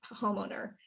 homeowner